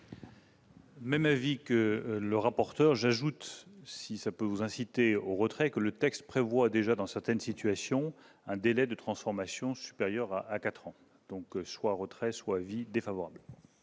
Même avis que le rapporteur, j'ajoute, si ça peut vous inciter au retrait que le texte prévoit déjà dans certaines situations, un délai de transformation supérieure à 4 ans donc, soit retrait soit avis défavorable.